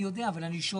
אני יודע, אבל אני שואל,